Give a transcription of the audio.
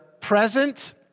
present